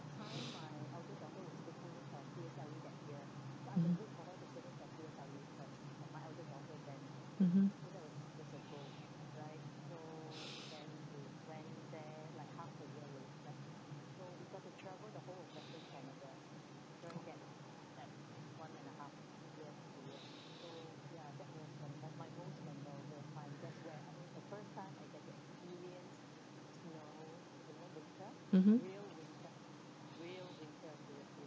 mmhmm mmhmm mmhmm